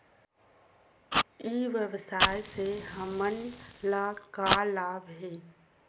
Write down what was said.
ई व्यवसाय से हमन ला का लाभ हे?